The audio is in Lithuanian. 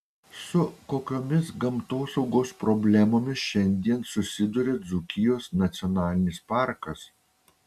su kokiomis gamtosaugos problemomis šiandien susiduria dzūkijos nacionalinis parkas